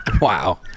Wow